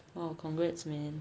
!wow! congrats man